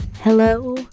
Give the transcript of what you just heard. Hello